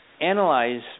analyze